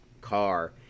car